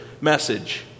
message